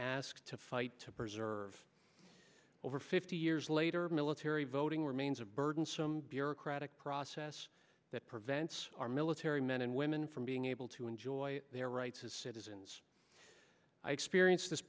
asked to fight to preserve over fifty years later military voting remains of burdensome bureaucratic process that prevents our military men and women from being able to enjoy their rights as citizens i experienced this